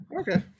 Okay